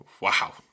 Wow